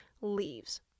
leaves